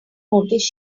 notice